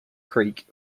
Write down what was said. creek